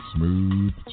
Smooth